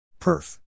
Perf